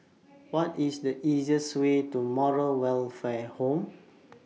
What IS The easiest Way to Moral Welfare Home